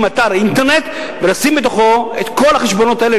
אתר אינטרנט ולשים בו את כל החשבונות האלה,